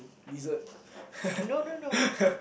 desser